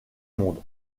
monde